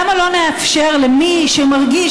למה לא נאפשר למי שמרגיש,